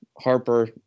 Harper